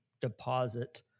deposit